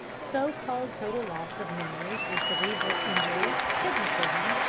so-called total loss of memory through cerebral injury, hypnotism,